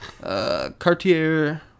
Cartier